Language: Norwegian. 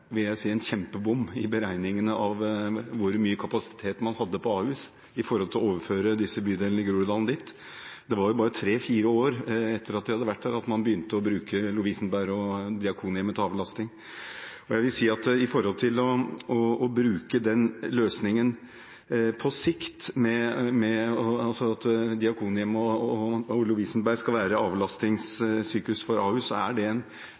vil jeg si – en kjempebommert i beregningene av hvor mye kapasitet man hadde på Ahus når det gjaldt å overføre disse bydelene i Groruddalen dit. Det var jo bare tre–fire år etter at de ble overført, at man begynte å bruke Lovisenberg og Diakonhjemmet til avlastning. På sikt vil jeg si om løsningen med å bruke Lovisenberg og Diakonhjemmet som avlastningssykehus for Ahus at det må være en midlertidig løsning fram mot en permanent løsning, for det må jo primært være det lokalsykehuset som har opptaksområdet, som skal